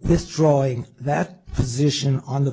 this drawing that position on the